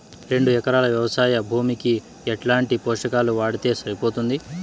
రెండు ఎకరాలు వ్వవసాయ భూమికి ఎట్లాంటి పోషకాలు వాడితే సరిపోతుంది?